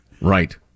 Right